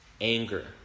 anger